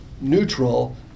neutral